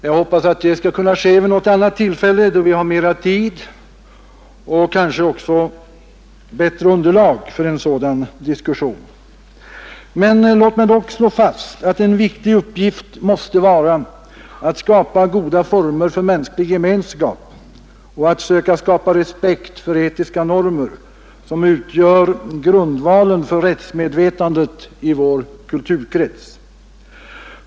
Jag hoppas att det skall kunna ske vid något annat tillfälle, då vi har mera tid och kanske också bättre underlag för en sådan diskussion. Låt mig dock slå fast att en viktig uppgift måste vara att skapa goda former för mänsklig gemenskap och att söka skapa respekt för etiska normer, som utgör grundvalen för rättsmedvetandet i vår kulturkrets.